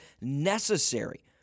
necessary